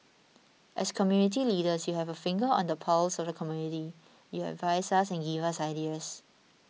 as community leaders you have a finger on the pulse of the community you advise us and give us ideas